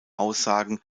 aussagen